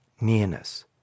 nearness